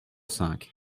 cinq